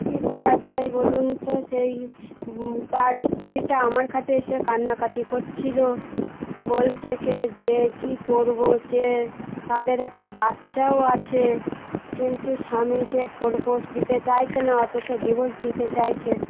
কী করা যায় বলুন তো সেই তার স্ত্রীটা আমার কাছে এসে কান্নাকাটি করছিল বলছে কি যে কী করব সে তাদের একটা বাচ্চাও আছে কিন্তু স্বামী সে খোরপোশ দিতে চাইছে না অথচ ডিভোর্স দিতে চাইছে